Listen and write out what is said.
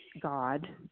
God